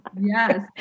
Yes